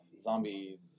Zombie